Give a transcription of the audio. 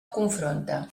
confronta